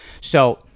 So-